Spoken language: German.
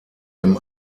dem